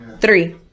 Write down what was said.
Three